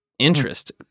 interest